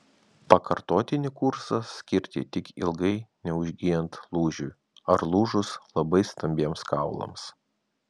pakartotinį kursą skirti tik ilgai neužgyjant lūžiui ar lūžus labai stambiems kaulams